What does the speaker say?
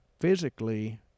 physically